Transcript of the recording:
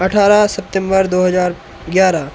अट्ठारह सितम्बर दो हज़ार ग्यारह